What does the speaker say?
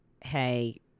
hey